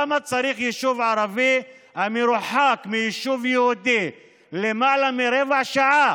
למה צריך יישוב ערבי המרוחק מיישוב יהודי למעלה מרבע שעה,